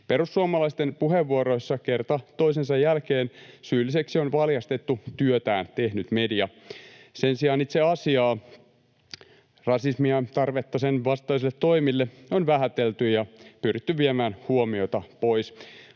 Perussuomalaisten puheenvuoroissa kerta toisensa jälkeen syylliseksi on valjastettu työtään tehnyt media. Sen sijaan itse asiaa, rasismia ja tarvetta sen vastaisille toimille, on vähätelty ja pyritty viemään huomiota pois